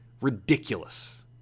ridiculous